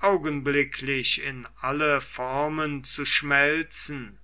augenblicklich in alle formen zu schmelzen